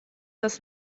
das